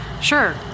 Sure